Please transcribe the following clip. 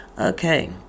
okay